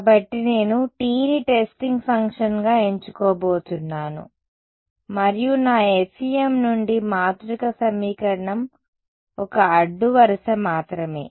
కాబట్టి నేను T ని టెస్టింగ్ ఫంక్షన్గా ఎంచుకోబోతున్నాను మరియు నా FEM నుండి మాతృక సమీకరణం ఒక అడ్డు వరుస మాత్రమే